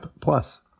plus